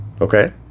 Okay